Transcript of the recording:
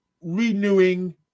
renewing